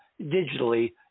digitally